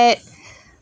at